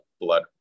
blood